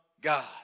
God